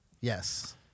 yes